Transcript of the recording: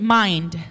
mind